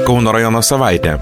kauno rajono savaitė